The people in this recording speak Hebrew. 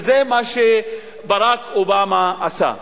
וזה מה שברק אובמה עשה.